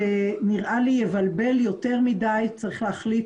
נראה לי שזה מבלבל יותר מדי וצריך להחליט